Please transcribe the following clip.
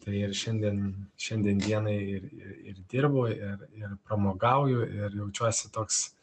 tai ir šiandien šiandien dienai ir ir dirbu ir ir pramogauju ir jaučiuosi toks